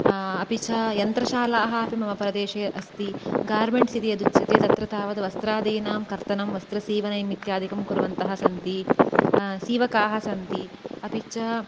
अपि च यन्त्रशालाः अपि मम प्रदेशे अस्ति गारमेण्ट्स् इति यद् उच्यते तावत् वस्त्रादिनां कर्तनं वस्त्रसीवनमित्यदिकं कुर्वन्तः सन्ति सीवकाः सन्ति अपि च